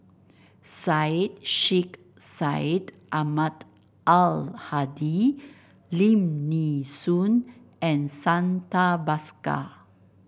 Syed Sheikh Syed Ahmad Al Hadi Lim Nee Soon and Santha Bhaskar